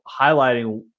highlighting